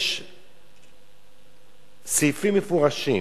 יש סעיפים מפורשים,